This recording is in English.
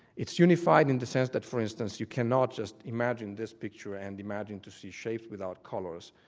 it's unified in the sense that, for instance, you cannot just imagine this picture and imagine to see shapes without colours,